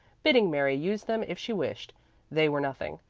bidding mary use them if she wished they were nothing.